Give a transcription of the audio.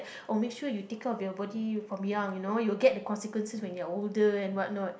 oh make sure you take care of your body from young you know you will get the consequences when you are older and what not